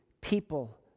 people